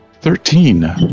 Thirteen